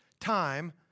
time